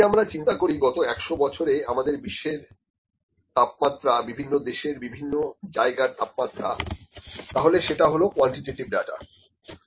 যদি আমরা চিন্তা করি গত 100 বছরে আমাদের বিশ্বের তাপমাত্রা বিভিন্ন দেশের বিভিন্ন জায়গার তাপমাত্রা তাহলে সেটা হলো কোয়ান্টিটেটিভ ডাটা